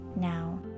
now